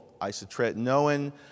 Isotretinoin